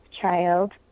child